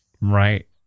Right